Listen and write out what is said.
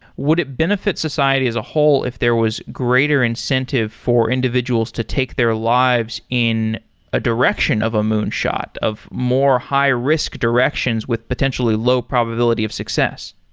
would it benefit society as a whole if there was greater incentive for individuals to take their lives in a direction of a moonshot of more high-risk directions with potentially low probability of success?